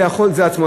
זה יכול לקרות.